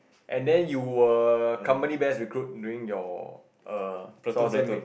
and then you were company best recruit during your err so I will say make